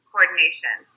Coordination